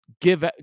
give